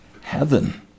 heaven